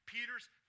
Peter's